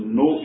no